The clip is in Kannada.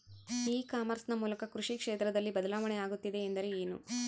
ಇ ಕಾಮರ್ಸ್ ನ ಮೂಲಕ ಕೃಷಿ ಕ್ಷೇತ್ರದಲ್ಲಿ ಬದಲಾವಣೆ ಆಗುತ್ತಿದೆ ಎಂದರೆ ಏನು?